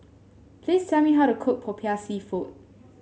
please tell me how to cook Popiah seafood